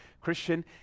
Christian